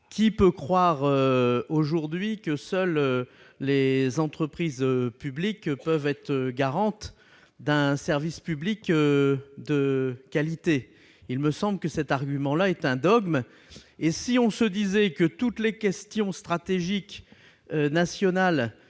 Qui peut croire aujourd'hui que les entreprises publiques sont les seules garantes d'un service public de qualité ? Il me semble que cet argument est un dogme. Si toutes les questions stratégiques nationales